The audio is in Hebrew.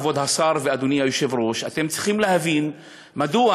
כבוד השר ואדוני היושב-ראש: אתם צריכים להבין מדוע